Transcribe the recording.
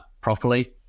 properly